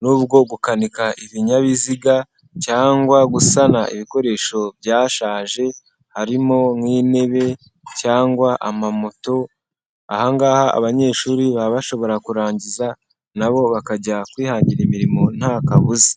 n'ubwo gukanika ibinyabiziga cyangwa gusana ibikoresho byashaje harimo nk'intebe cyangwa amamoto, ahangaha abanyeshuri baba bashobora kurangiza, nabo bakajya kwihangira imirimo nta kabuza.